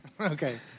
Okay